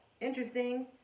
interesting